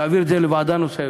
להעביר את זה לוועדה נוספת,